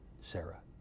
Sarah